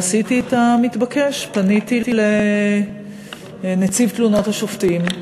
עשיתי את המתבקש, פניתי לנציב תלונות השופטים,